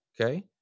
okay